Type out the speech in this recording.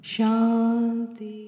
Shanti